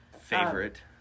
favorite